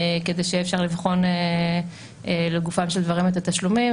כדי שיהיה אפשר לבחון לגופם של דברים את התשלומים,